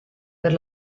per